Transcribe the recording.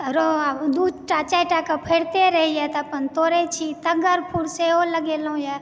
आ दू टा के चारि टा के फड़तै रहैया तऽ अपन तोड़ै छी तग्गर फूल सेहो लगेलहुॅं यऽ